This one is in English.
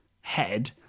head